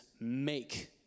make